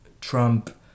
Trump